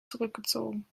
zurückgezogen